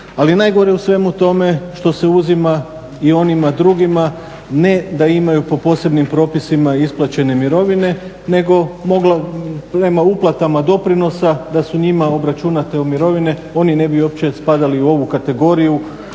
najgore u svemu tome što se uzima i onima drugima, ne da imaju po posebnim propisima isplaćene mirovine nego prema uplatama doprinosa da su njima obračunate mirovine oni ne bi uopće spadali u ovu kategoriju.